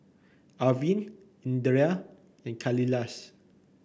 Arvind Indira and Kailash